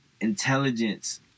intelligence